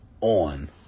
on